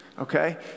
okay